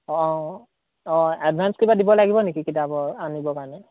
অঁ অঁ অঁ অঁ এডভাঞ্চ কিবা দিব লাগিব নেকি কিতাপৰ আনিব